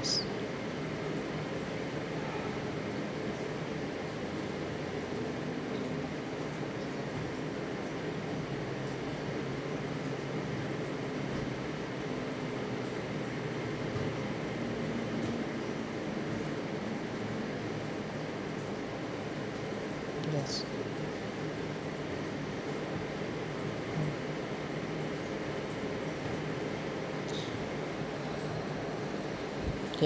yes yes ya